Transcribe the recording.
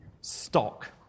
stock